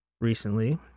recently